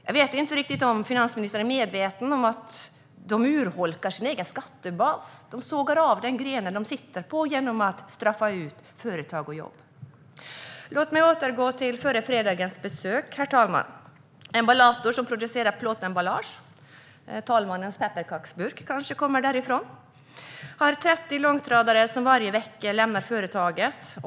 Jag vet inte om finansministern är medveten om att man urholkar sin egen skattebas. Man sågar av den gren man sitter på genom att straffa ut företag och jobb. Låt mig återgå till förra fredagens besök, herr talman. Emballator, som producerar plåtemballage - herr talmannens pepparkaksburk kommer kanske därifrån - har 30 långtradare som varje vecka lämnar företaget.